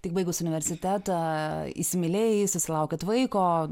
tik baigus universitetą įsimylėjai susilaukėt vaiko